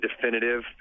definitive